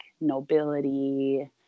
nobility